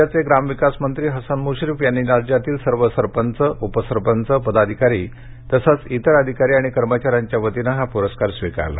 राज्याचे ग्रामविकास मंत्री हसन मुश्रीफ यांनी राज्यातील सर्व सरपंच उपसरपंच पदाधिकारी तसंच इतर अधिकारी आणि कर्मचा यांच्या वतीने हा पुरस्कार स्वीकारला